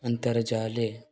अन्तर्जाले